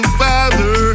father